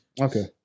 Okay